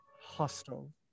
hostile